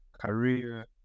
career